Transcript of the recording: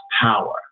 power